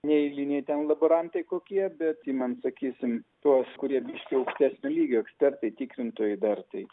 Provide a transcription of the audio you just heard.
ne eiliniai ten laborantai kokie bet imant sakysim tuos kurie visi aukštesnio lygio ekspertai tikrintojai dar tai